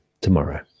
tomorrow